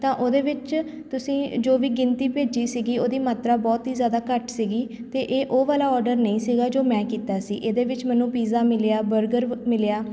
ਤਾਂ ਉਹਦੇ ਵਿੱਚ ਤੁਸੀਂ ਜੋ ਵੀ ਗਿਣਤੀ ਭੇਜੀ ਸੀਗੀ ਉਹਦੀ ਮਾਤਰਾ ਬਹੁਤ ਹੀ ਜ਼ਿਆਦਾ ਘੱਟ ਸੀਗੀ ਅਤੇ ਇਹ ਉਹ ਵਾਲਾ ਔਡਰ ਨਹੀਂ ਸੀਗਾ ਜੋ ਮੈਂ ਕੀਤਾ ਸੀ ਇਹਦੇ ਵਿੱਚ ਮੈਨੂੰ ਪਿੱਜ਼ਾ ਮਿਲਿਆ ਬਰਗਰ ਵ ਮਿਲਿਆ